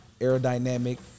aerodynamic